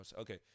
Okay